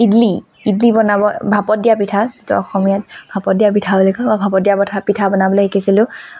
ইডলি ইডলি বনাব ভাপত দিয়া পিঠা সেইটো অসমীয়াত ভাপত দিয়া পিঠা বুলি কয় ভাপত দিয়া কথা পিঠা বনাবলৈ শিকিছিলোঁ